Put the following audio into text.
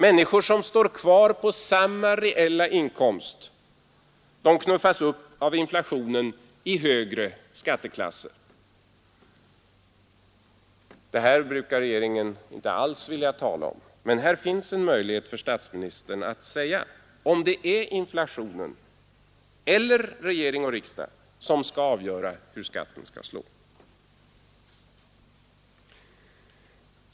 Människor som står kvar på samma reella inkomst knuffas av inflationen upp i högre skatteklasser. Detta brukar regeringen inte alls vilja tala om, men här finns en möjlighet för statsministern att säga, om det är inflationen eller regering och riksdag som skall avgöra hur skatten skall slå.